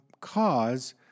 cause